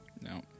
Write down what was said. No